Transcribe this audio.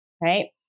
right